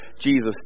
Jesus